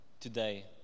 today